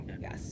yes